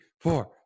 four